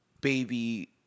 baby